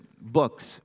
books